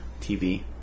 TV